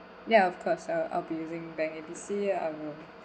ya of course I'll I'll be using bank A B C I will